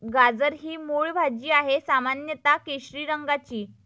गाजर ही मूळ भाजी आहे, सामान्यत केशरी रंगाची